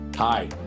Hi